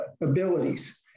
abilities